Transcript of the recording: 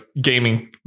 gaming